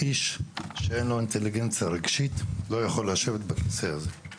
איש שאין לו אינטליגנציה רגשית לא יכול לשבת בכיסא הזה.